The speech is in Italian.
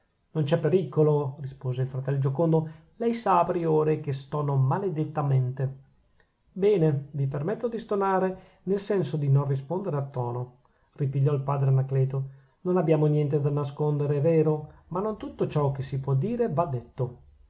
non c'è pericolo rispose il fratel giocondo lei sa priore che stono maledettamente bene vi permetto di stonare nel senso di non rispondere a tono ripigliò il padre anacleto non abbiamo niente da nascondere è vero ma non tutto ciò che si può dire va detto